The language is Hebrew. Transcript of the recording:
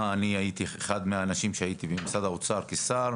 אני אחד מהאנשים שהייתי במשרד האוצר כשר.